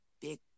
big